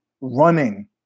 Running